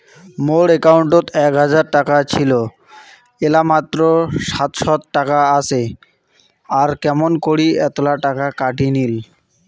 মোর একাউন্টত এক হাজার টাকা ছিল এলা মাত্র সাতশত টাকা আসে আর কেমন করি এতলা টাকা কাটি নিল?